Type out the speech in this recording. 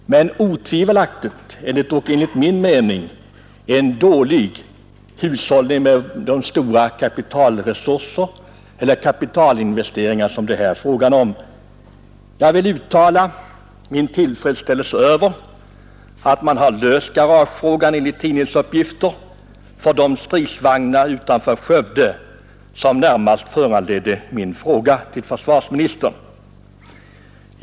Men enligt min uppfattning ökas hållbarheten och livslängden om stridsvagnen förvaras i garage, och det är en dålig hushållning med de stora kapitalinvesteringar som det här är fråga om att stridsvagnar under lång tid står oskyddade på övningsfälten. Jag vill uttala min tillfredsställelse över att man enligt tidningsuppgifter har löst garagefrågan för de stridsvagnar utanför Skövde som närmast föranledde min fråga till försvarsministern.